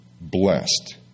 blessed